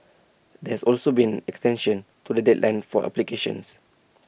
there has also been extension to the deadline for applications